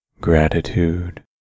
Gratitude